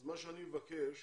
אז מה שאני מבקש,